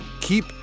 Keep